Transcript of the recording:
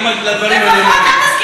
לפחות אל תזכיר את המילה דרום-סודאן,